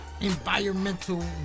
Environmental